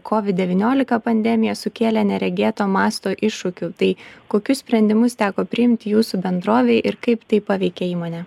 covid devyniolika pandemija sukėlė neregėto masto iššūkių tai kokius sprendimus teko priimti jūsų bendrovei ir kaip tai paveikė įmonę